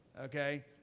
okay